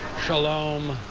shalom,